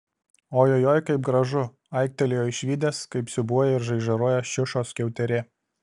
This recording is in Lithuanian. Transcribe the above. ojojoi kaip gražu aiktelėjo išvydęs kaip siūbuoja ir žaižaruoja šiušos skiauterė